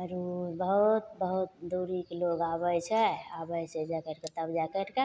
आरो बहुत बहुत दूरीके लोग आबय छै आबय छै जा करिके तब जा करिके